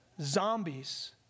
zombies